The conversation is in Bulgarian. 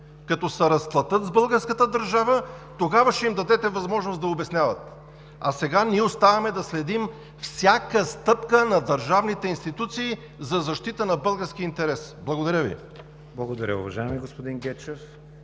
Когато се разплатят с българската държава, тогава ще им дадете възможност да обясняват. А сега, ние оставаме да следим всяка стъпка на държавните институции за защита на българския интерес. Благодаря Ви. ПРЕДСЕДАТЕЛ КРИСТИАН